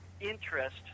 interest